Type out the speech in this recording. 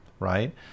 Right